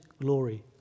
glory